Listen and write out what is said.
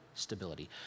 Stability